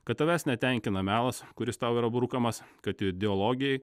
kad tavęs netenkina melas kuris tau yra brukamas kad ideologijai